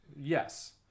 Yes